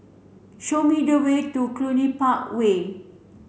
show me the way to Cluny Park Way